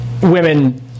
women